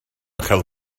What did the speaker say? chael